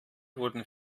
wurden